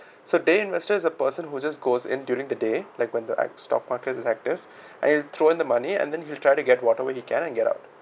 so day investor is a person who just goes in during the day like when the stock market is active and throwing the money and then if he'll try to get whatever he can and get out